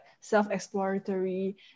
self-exploratory